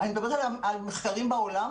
אני מדברת על מחקרים בעולם